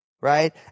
right